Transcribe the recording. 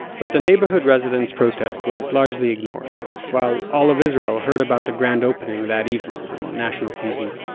but the neighborhood residents' protest was largely ignored while all of israel heard about the grand opening that evening on national tv.